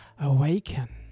Awaken